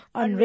on